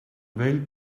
vell